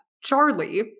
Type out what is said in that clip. Charlie